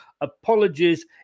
apologies